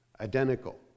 Identical